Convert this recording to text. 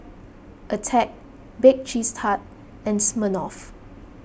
Attack Bake Cheese Tart and Smirnoff